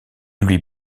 lui